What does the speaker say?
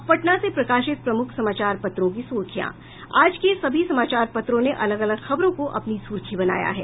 अब पटना से प्रकाशित प्रमुख समाचार पत्रों की सुर्खियां आज के सभी समाचार पत्रों ने अलग अलग खबरों को अपनी सुर्खी बनाया है